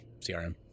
CRM